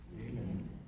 Amen